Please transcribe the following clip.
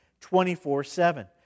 24-7